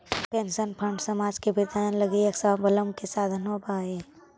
pension fund समाज के वृद्धजन लगी एक स्वाबलंबन के साधन होवऽ हई